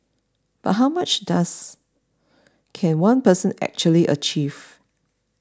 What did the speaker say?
but how much does can one person actually achieve